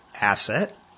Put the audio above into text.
asset